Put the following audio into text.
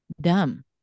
Dumb